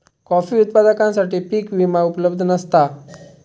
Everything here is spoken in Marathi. कॉफी उत्पादकांसाठी पीक विमा उपलब्ध नसता